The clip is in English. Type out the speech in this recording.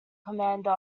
commander